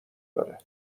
داره